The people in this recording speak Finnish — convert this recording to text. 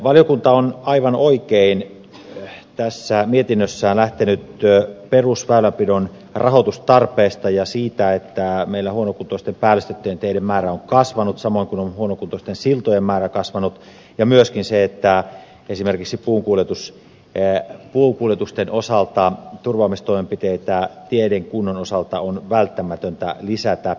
valiokunta on aivan oikein tässä mietinnössään lähtenyt perusväylänpidon rahoitustarpeesta ja siitä että meillä huonokuntoisten päällystettyjen teiden määrä on kasvanut samoin kuin on huonokuntoisten siltojen määrä kasvanut ja myöskin siitä että esimerkiksi puukuljetusten osalta turvaamistoimenpiteitä teiden kunnon osalta on välttämätöntä lisätä